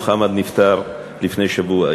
מוחמד נפטר לפני שבוע,